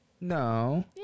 No